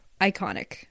iconic